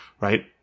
right